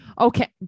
Okay